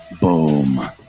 Boom